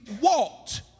walked